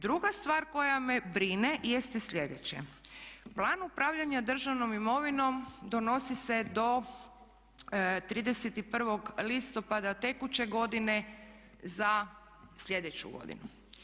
Druga stvar koja me brine jeste sljedeće, plan upravljanja državnom imovinom donosi se do 31. listopada tekuće godine za sljedeću godinu.